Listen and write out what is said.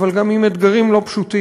אבל גם עם אתגרים לא פשוטים.